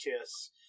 kiss